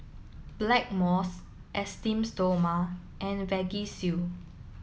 Blackmores Esteem Stoma and Vagisil